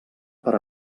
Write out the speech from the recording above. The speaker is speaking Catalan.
per